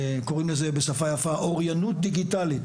קוראים לזה בשפה יפה אוריינות דיגיטלית,